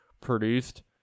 produced